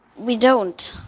we don't.